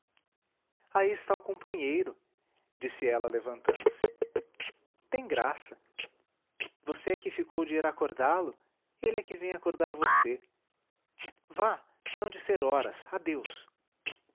aí está o companheiro disse ela levantando-se tem graça você é que ficou de ir acordá-lo ele é que vem acordar você vá que hão de ser horas adeus